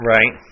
Right